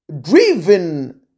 driven